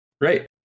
Great